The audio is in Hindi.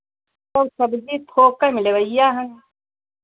तौ सब्ज़ी थोकै में लेवइया हैं